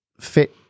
fit